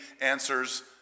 answers